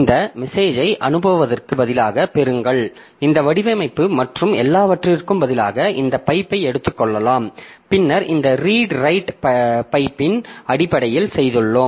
இந்த மெசேஜை அனுப்புவதற்கு பதிலாக பெறுங்கள் இந்த வடிவமைப்பு மற்றும் எல்லாவற்றிற்கும் பதிலாக இந்த பைப்பை எடுத்துக் கொள்ளலாம் பின்னர் இந்த ரீட் ரைட் பைப்பின் அடிப்படையில் செய்துள்ளோம்